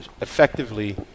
effectively